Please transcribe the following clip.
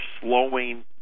slowing